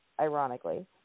ironically